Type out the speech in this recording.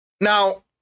Now